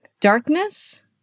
darkness